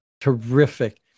Terrific